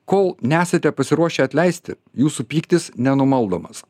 kol nesate pasiruošę atleisti jūsų pyktis nenumaldomas